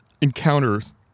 encounters